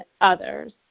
others